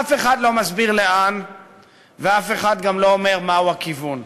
אף אחד לא מסביר לאן ואף אחד גם לא אומר מהו הכיוון.